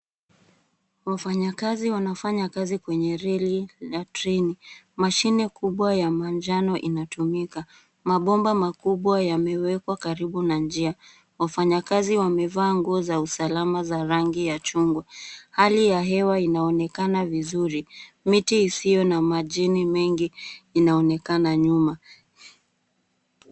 Mfanyakazi anafanya kazi kwenye reli la treni. Mashine kubwa ya manjano inatumika. Mabomba makubwa yamewekwa karibu na njia. Wafanyikazi wamevaa nguo za usalama za rangi ya chungwa. Hali ya hewa inaonekana vizuri. Miti isiyo na majini mengi inaonekana nyuma .